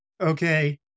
okay